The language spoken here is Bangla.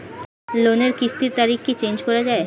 লোনের কিস্তির তারিখ কি চেঞ্জ করা যায়?